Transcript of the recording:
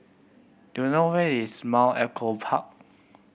do you know where is Mount Echo Park